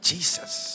Jesus